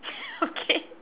okay